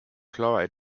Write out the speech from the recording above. chloride